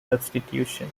substitution